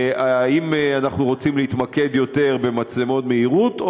האם אנחנו רוצים להתמקד יותר במצלמות מהירות,